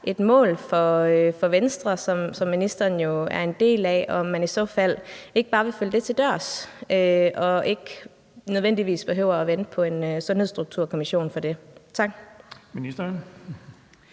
et mål for Venstre, som ministeren jo er en del af, og om man i så fald ikke bare vil følge det til dørs; man behøver ikke nødvendigvis at vente på en Sundhedsstrukturkommission for det. Tak.